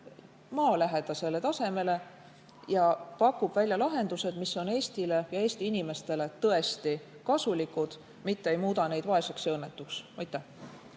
maalähedasele tasemele ja pakuvad välja lahendused, mis on Eestile ja Eesti inimestele tõesti kasulikud, mitte ei muuda neid vaeseks ja õnnetuks.